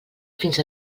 fins